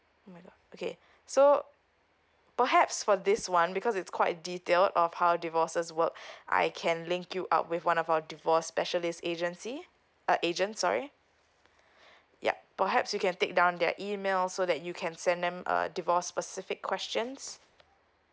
okay so perhaps for this one because it's quite detail of how divorces work I can link you up with one of our divorce specialist agency uh agent sorry yup perhaps you can take down the email so that you can send them a divorce specific questions